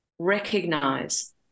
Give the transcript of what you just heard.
recognize